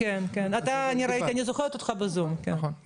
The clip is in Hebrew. נכנסה סגנית של ראש עיר גדולה באוקראינה,